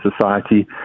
society